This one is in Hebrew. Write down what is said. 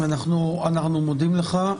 אנחנו מודים לך.